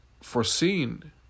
foreseen